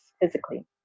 physically